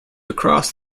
across